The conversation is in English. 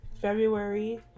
February